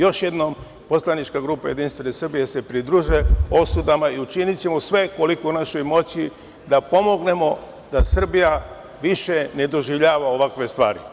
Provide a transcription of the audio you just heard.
Još jednom, poslanička grupa JS se pridružuje osudama i učinićemo sve koliko je u našoj moći da pomognemo da Srbija više ne doživljava ovakve stvari.